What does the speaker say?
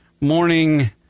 Morning